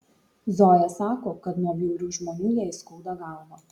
zoja sako kad nuo bjaurių žmonių jai skauda galvą